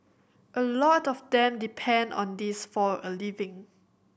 a lot of them depend on this for a living